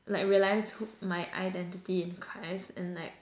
like realize who my identity in Christ and like